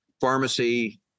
pharmacy